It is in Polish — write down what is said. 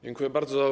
Dziękuję bardzo.